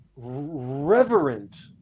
reverent